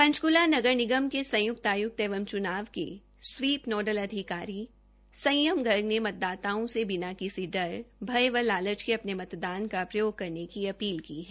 पंचकूला नगर निगम के संयुक्त आयुक्त एवं चुनाव के स्वीप नोडल अधिकारी संयम गर्ग ने मतदाताओं से बिना किसी डर भय व लालच के अपने मतदान का प्रयोग करने की अपील की है